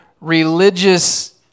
religious